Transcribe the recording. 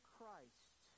Christ